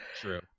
true